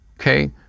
okay